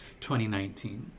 2019